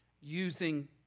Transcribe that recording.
using